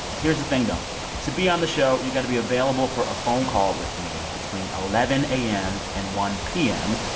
here's the thing, though to be on the show you've got to be available for a phone call with me between eleven a m. and one p m.